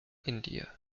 india